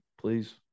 please